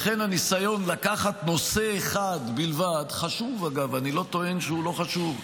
לכן הניסיון לקחת נושא אחד בלבד, אגב, חשוב,